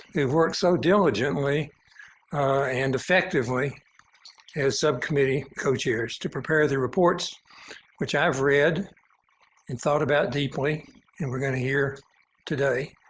they have worked so diligently and effectively as subcommittee co-chairs to prepare their reports which i've read and thought about deeply and we're going to hear today.